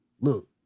Look